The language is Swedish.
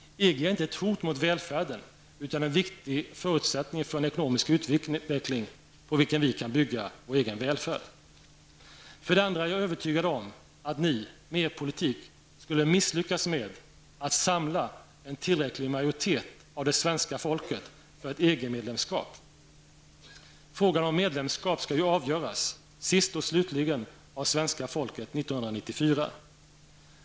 EG är inte ett hot mot välfärden utan en viktig förutsättning för en ekonomisk utveckling på vilken vi kan bygga vår egen välfärd. För det andra är jag övertygad om att ni, med er politik, skulle misslyckas med att samla en tillräcklig majoritet av det svenska folket för ett EG-medlemskap. Frågan om medlemskap skall ju sist och slutligen avgöras av det svenska folket 1994.